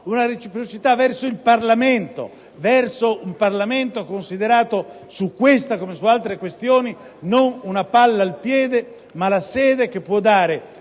una reciprocità verso il Parlamento, considerato su questa come su altre questioni non una palla al piede, ma la sede che può